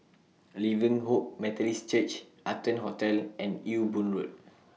Living Hope Methodist Church Arton Hotel and Ewe Boon Road